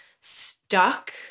stuck